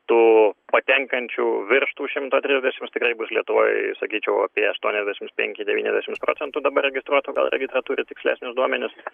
tų patenkančių virš tų šimto trisdešim tikrai bus lietuvoj sakyčiau apie aštuoniasdešims penki devyniasdešim procentų dabar registruotų gal regitra turi tikslesnius duomenis